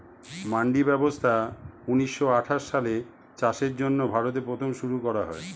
মান্ডি ব্যবস্থা ঊন্নিশো আঠাশ সালে চাষের জন্য ভারতে প্রথম শুরু করা হয়